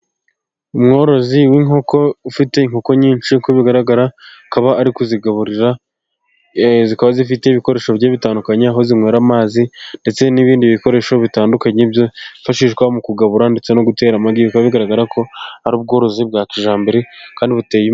Umworozi w'inkoko ufite inkoko nyinshi, uko bigaragara akaba ari ukuzigaburira, zikaba zifite ibikoresho bigiye bitandukanye, aho zinywera amazi ndetse n'ibindi bikoresho bitandukanye byifashishwa mu kugabura, ndetse no gutera amagi. Bikaba bigaragara ko ari ubworozi bwa kijyambere kandi buteye....